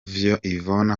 yvonne